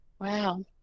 Wow